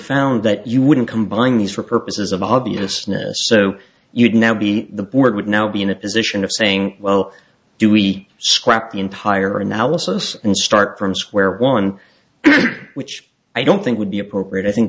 found that you wouldn't combine these for purposes of obviousness so you would now be the board would now be in a position of saying well do we scrap the entire analysis and start from square one which i don't think would be appropriate i think